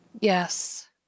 Yes